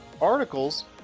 articles